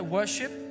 worship